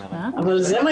אבל זה מה